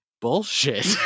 bullshit